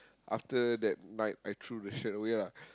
after that night I threw the shirt away ah